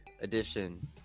edition